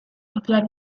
popular